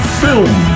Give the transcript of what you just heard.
film